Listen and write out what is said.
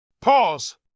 Pause